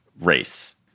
race